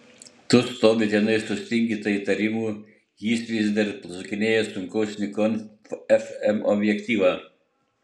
tu stovi tenai sustingdyta įtarimų jis vis dar sukinėja sunkaus nikon fm objektyvą